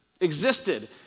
existed